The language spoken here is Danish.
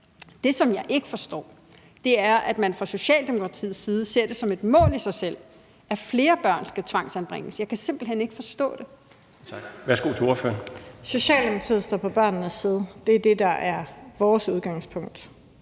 Det, som jeg ikke forstår, er, at man fra Socialdemokratiets side ser det som et mål i sig selv, at flere børn skal tvangsanbringes. Jeg kan simpelt hen ikke forstå det.